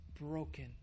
broken